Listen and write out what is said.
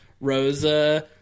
Rosa